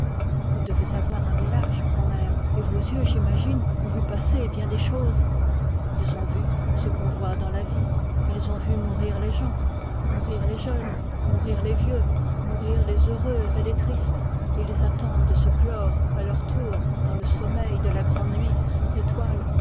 vous devez avoir un bel âge grand'mère et vos yeux j'imagine ont vu passer bien des choses ils ont vu ce qu'on voit dans la vie ils ont vu mourir les gens mourir les jeunes mourir les vieux mourir les heureux et les tristes et ils attendent de se clore à leur tour dans le sommeil de la grande nuit sans étoiles